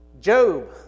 Job